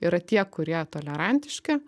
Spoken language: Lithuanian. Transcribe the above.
yra tie kurie tolerantiški